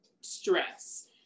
stress